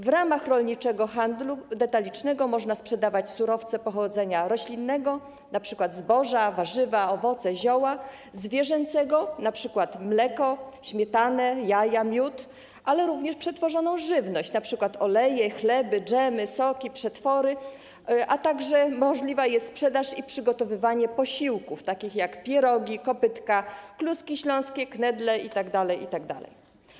W ramach rolniczego handlu detalicznego można sprzedawać surowce pochodzenia roślinnego, np. zboża, warzywa, owoce, zioła, i zwierzęcego, np. mleko, śmietanę, jaja, miód, ale również przetworzoną żywność, np. oleje, chleby, dżemy, soki, przetwory, a także możliwa jest sprzedaż i przygotowywanie posiłków, takich jak pierogi, kopytka, kluski śląskie, knedle itd., itd.